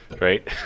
right